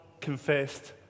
Confessed